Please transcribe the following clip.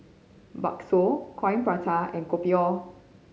bakso Coin Prata and Kopi O